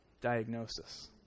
diagnosis